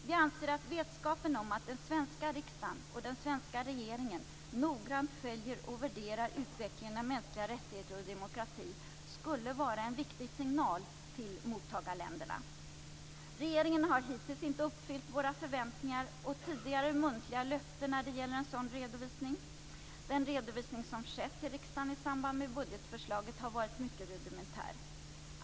Vi anser att vetskapen om att den svenska riksdagen och den svenska regeringen noggrant följer och värderar utvecklingen av mänskliga rättigheter och demokrati skulle vara en viktig signal till mottagarländerna. Regeringen har hittills inte uppfyllt våra förväntningar och sitt tidigare muntliga löfte när det gäller en sådan redovisning. Den redovisning som har skett till riskdagen i samband med budgetförslaget har varit mycket rudimentär.